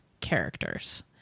characters